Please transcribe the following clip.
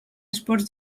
esports